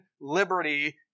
liberty